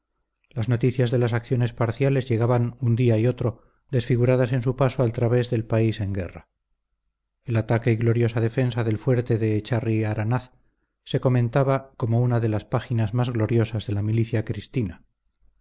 las noticias de las acciones parciales llegaban un día y otro desfiguradas en su paso al través del país en guerra el ataque y gloriosa defensa del fuerte de echarri aranaz se comentaba como una de las páginas más gloriosas de la milicia cristina